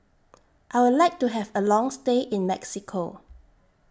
I Would like to Have A Long stay in Mexico